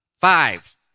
five